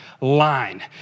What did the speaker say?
Line